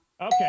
Okay